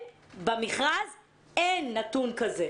במכרז אין נתון כזה.